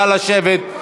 נא לשבת.